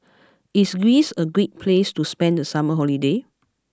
is Greece a great place to spend the summer holiday